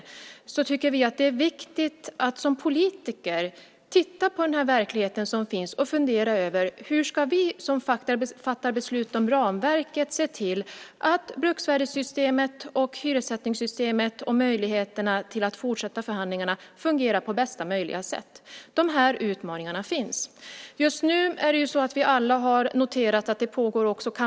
Vi i Folkpartiet tycker att det är viktigt att vi som politiker tittar på den verklighet som finns och funderar över: Hur ska vi som fattar beslut om ramverket se till att bruksvärdessystemet och hyressättningssystemet fungerar på bästa möjliga sätt och ger möjligheter att fortsätta förhandlingarna? Dessa utmaningar finns. Just nu har vi alla noterat att det också pågår kampanjer.